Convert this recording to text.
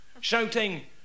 shouting